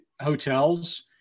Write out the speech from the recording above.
hotels